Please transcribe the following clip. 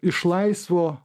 iš laisvo